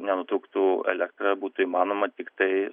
nutrūktų elektra būtų įmanoma tiktai